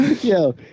Yo